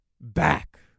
back